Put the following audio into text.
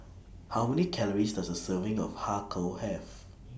How Many Calories Does A Serving of Har Kow Have